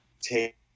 take